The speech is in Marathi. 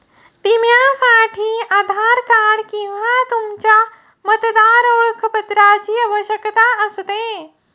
विम्यासाठी आधार कार्ड किंवा तुमच्या मतदार ओळखपत्राची आवश्यकता असते